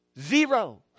Zero